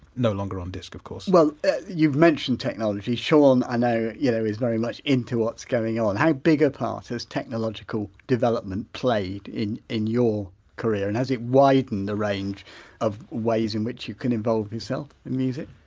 no longer on disc of course well you've mentioned technology, shaun, i know, you know is very much into what's going on. how big a part has technological development played in in your career and has it widened the range of ways in which you can involve yourself in music?